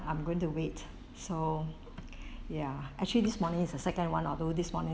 I'm going to wait so ya actually this morning is a second [one] although this morning